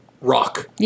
rock